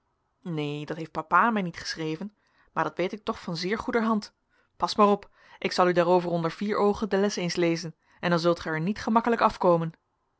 neen dat heeft papa mij niet geschreven maar dat weet ik toch van zeer goeder hand pas maar op ik zal u daarover onder vier oogen de les eens lezen en dan zult gij er niet gemakkelijk afkomen